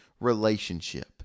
relationship